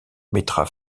mettra